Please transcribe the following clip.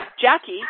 Jackie